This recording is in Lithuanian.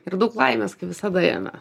ir daug laimės kaip visadajame